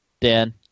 Dan